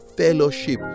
fellowship